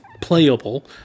playable